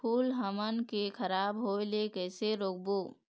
फूल हमन के खराब होए ले कैसे रोकबो?